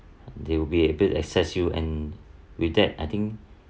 they will be able to access you and with that I think